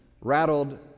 rattled